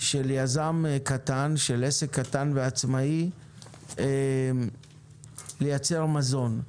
של יזם קטן, של עסק קטן ועצמאי לייצר מזון.